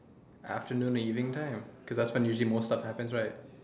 afternoon or evening time cause after usually most that happens right